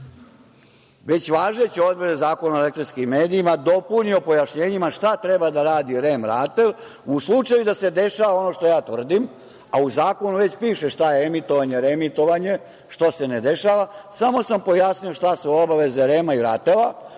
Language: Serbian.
već važeće odredbe Zakona o elektronskim medijima dopunio pojašnjenjima šta treba da rade REM i RATEL u slučaju da se dešava ono što ja tvrdim, a u zakonu već piše šta je emitovanje, reemitovanje, što se ne dešava. Samo sam pojasnio šta su obaveze REM-a i RATEL-a,